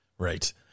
Right